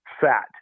fat